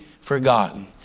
forgotten